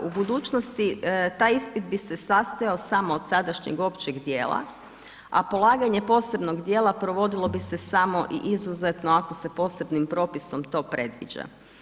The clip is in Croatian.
U budućnosti taj ispit bi se sastajao samo od sadašnjeg, općeg dijela, a polaganje posebnog dijela, provodilo bi se samo i izuzetno ako se posebnim propisom to predviđa.